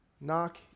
Knock